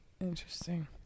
interesting